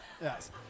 yes